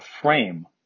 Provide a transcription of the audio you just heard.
frame